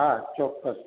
હા ચોક્કસ